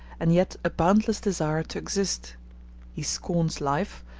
and yet a boundless desire to exist he scorns life,